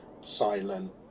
silent